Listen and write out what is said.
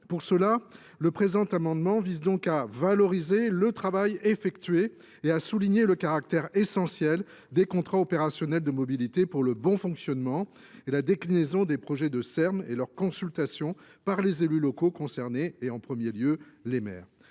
pour cela Le présent amendement vise donc à valoriser le travail effectué et à souligner le caractère essentiel des contrats opérationnels de mobilité pour le bon fonctionnement et la déclinaison des projets de E M et leur consultation par les élus locaux concernés et en 1ᵉʳ lieu les maires